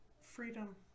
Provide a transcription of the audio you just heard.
freedom